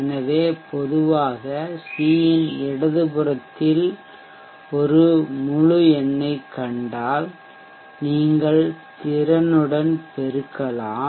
எனவே பொதுவாக சி இன் இடது புறத்தில் ஒரு முழு எண்ணைக் கண்டால் நீங்கள் திறனுடன் பெருக்கலாம்